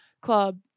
club